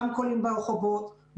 רמקולים ברחובות,